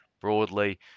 broadly